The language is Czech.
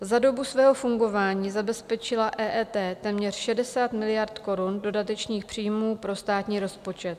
Za dobu svého fungování zabezpečila EET téměř 60 miliard korun dodatečných příjmů pro státní rozpočet.